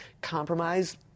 compromise